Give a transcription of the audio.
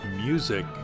music